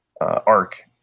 arc